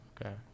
Okay